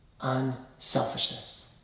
unselfishness